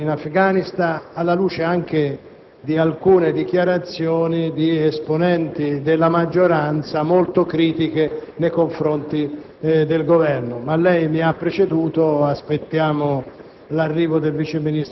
quanto accaduto in Afghanistan, anche alla luce di alcune dichiarazioni di esponenti della maggioranza, molto critiche nei confronti del Governo, ma lei mi ha preceduto. Aspettiamo